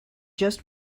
just